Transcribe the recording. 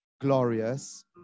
glorious